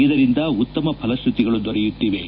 ಇದರಿಂದ ಉತ್ತಮ ಫಲಕ್ಷತಿಗಳು ದೊರೆಯುತ್ತಿವೆ